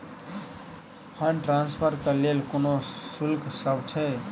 Fund transfer केँ लेल कोनो शुल्कसभ छै?